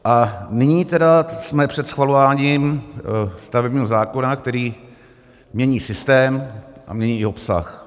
A nyní tedy jsme před schvalováním stavebního zákona, který mění systém a mění i obsah.